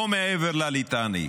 לא מעבר לליטני.